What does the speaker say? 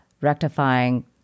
rectifying